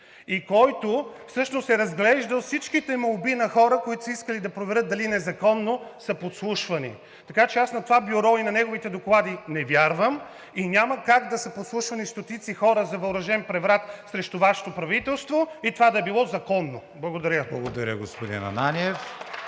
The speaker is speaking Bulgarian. и който всъщност е разглеждал всичките молби на хора, които са искали да проверят дали незаконно са подслушвани. Така че аз на това бюро и на неговите доклади не вярвам. Няма как да са подслушвани стотици хора за въоръжен преврат срещу Вашето правителство и това да е било законно?! Благодаря. ПРЕДСЕДАТЕЛ